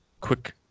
quick